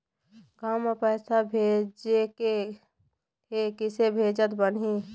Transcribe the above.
गांव म पैसे भेजेके हे, किसे भेजत बनाहि?